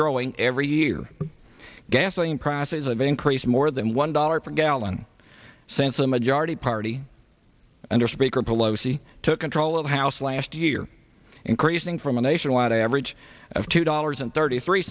growing every year gasoline prices have increased more than one dollar per gallon since a majority party under speaker pelosi took control of the house last year increasing from a nationwide average of two dollars and thirty three